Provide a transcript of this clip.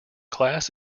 class